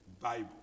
Bible